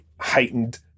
heightened